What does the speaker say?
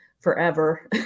forever